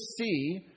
see